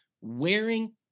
wearing